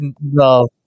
no